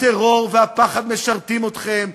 הטרור והפחד משרתים אתכם,